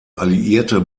alliierte